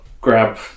grab